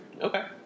Okay